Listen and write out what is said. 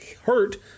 hurt